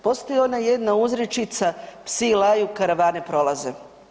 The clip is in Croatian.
Postoji ona jedna uzrečica psi laju, karavane prolaze.